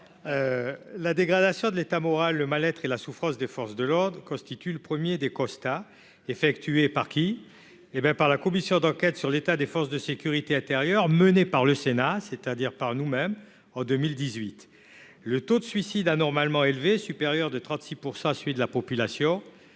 La dégradation de l'état moral, le mal-être et la souffrance des forces de l'ordre constituent le premier des constats effectués par la commission d'enquête sur l'état des forces de sécurité intérieure menée par le Sénat, c'est-à-dire par nous-mêmes, en 2018. Le taux de suicide anormalement élevé, supérieur de 36 % à celui de la population,